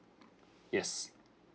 yes